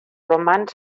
romans